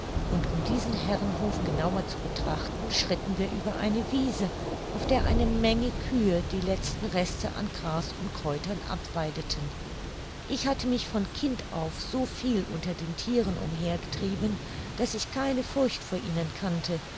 und um diesen herrenhof genauer zu betrachten schritten wir über eine wiese auf der eine menge kühe die letzten reste an gras und kräutern abweideten ich hatte mich von kind auf so viel unter den thieren umher getrieben daß ich keine furcht vor ihnen kannte